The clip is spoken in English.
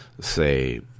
say